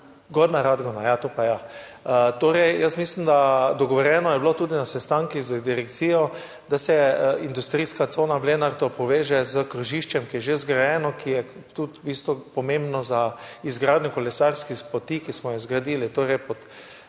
Gornja Radgona, ja, to pa ja. Torej, dogovorjeno je bilo tudi na sestankih z direkcijo, da se industrijska cona v Lenartu poveže s krožiščem, ki je že zgrajeno, ki je tudi v bistvu pomembno za izgradnjo kolesarskih poti, ki smo jih zgradili